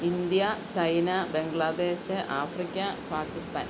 India China Bangladesh Africa Pakistan